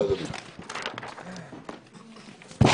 הישיבה ננעלה בשעה 13:13.